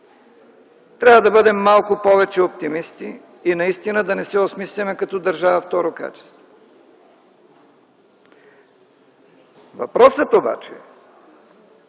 Трябва да бъдем малко повече оптимисти и наистина да не се осмисляме като държава второ качество. Въпросът обаче е